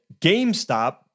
GameStop